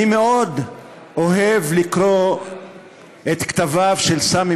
אני מאוד אוהב לקרוא את כתביהם של סמי